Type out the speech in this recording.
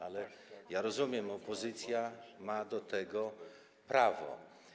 Ale rozumiem, że opozycja ma do tego prawo.